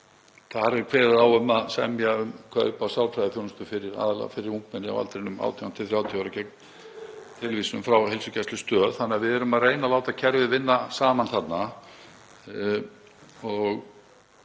Þar er kveðið á um að semja um kaup á sálfræðiþjónustu aðallega fyrir ungmenni á aldrinum 18–30 ára gegn tilvísun frá heilsugæslustöð þannig að við erum að reyna að láta kerfið vinna saman þarna.